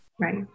Right